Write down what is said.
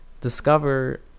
discover